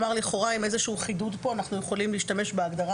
לכאורה עם איזשהו חידוד אנחנו יכולים להשתמש בהגדרה